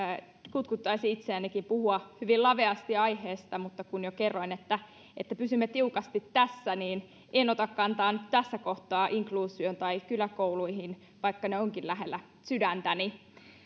kutkuttaisi itseänikin puhua hyvin laveasti aiheesta mutta kun jo kerroin että pysymme tiukasti tässä en ota kantaa nyt tässä kohtaa inkluusioon tai kyläkouluihin vaikka ne ovatkin lähellä sydäntäni